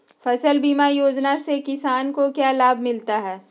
फसल बीमा योजना से किसान को क्या लाभ मिलता है?